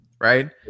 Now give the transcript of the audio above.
right